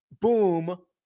boom